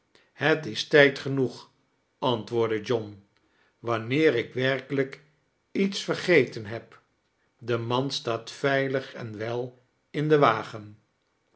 het is tijd genoeg antwoordde john wanneer ik werkelijk iets vergeten heb de mand staat veilig en wel in den wagen